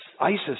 Isis